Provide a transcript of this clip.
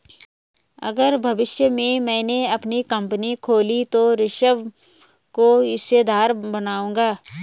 अगर भविष्य में मैने अपनी कंपनी खोली तो ऋषभ को हिस्सेदार बनाऊंगा